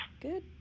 good